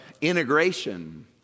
integration